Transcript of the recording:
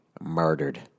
murdered